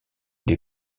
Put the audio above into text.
des